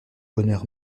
bonheur